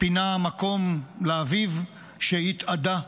פינה מקום לאביב שהתאדה,